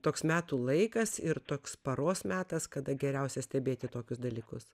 toks metų laikas ir toks paros metas kada geriausia stebėti tokius dalykus